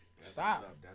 Stop